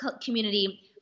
community